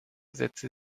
setzte